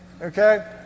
Okay